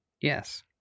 Yes